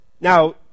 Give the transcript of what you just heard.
Now